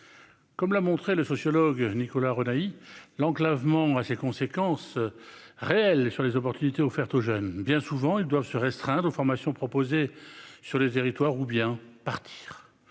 comme l'a montré le sociologue Nicolas relaye l'enclavement à ses conséquences réelles sur les opportunités offertes aux jeunes, bien souvent, ils doivent se restreindre formation proposées sur les territoires, ou bien partir